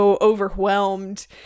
overwhelmed